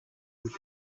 үйл